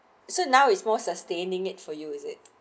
so now is more sustain limit for you is it